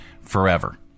forever